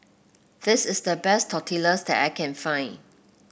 this is the best Tortillas that I can find